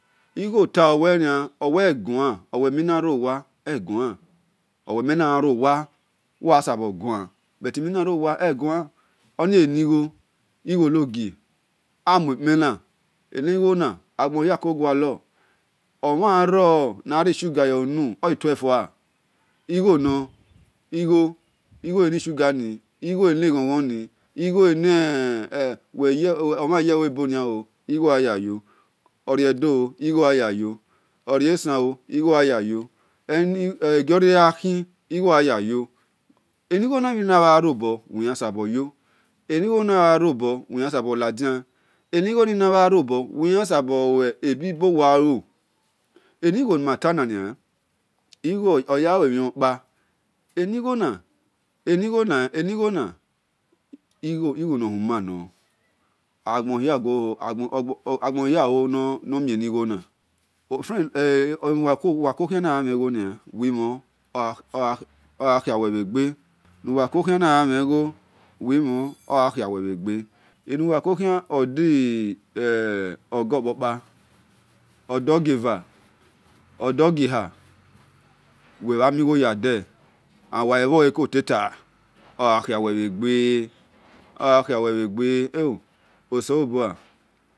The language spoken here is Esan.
Igho-tale owe egua nimina rowa e eni gho na amuakpen na enighona agbihia ko gualor omhan ro agiri sugar yoi unu otue fua igo oleli-sugur igho enighon-ghoni oye-eluebo igho no oye edo igho no orie-esan igho no egioriri akhi igono eni ghoni bha robor uwe yan soboyo agbonhia ho no gha mhen enigho na enuwa-kokhan na gha mhon uwi mhon ogha khia-uwe-bhe gbe enuwa kohia dogor kpakpa odogiava ewo osalobua.